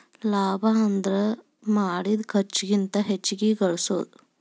ಲಾಭ ಅಂದ್ರ ಮಾಡಿದ್ ಖರ್ಚಿಗಿಂತ ಹೆಚ್ಚಿಗಿ ಗಳಸೋದು